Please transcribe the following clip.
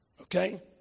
Okay